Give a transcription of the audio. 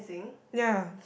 ya